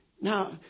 Now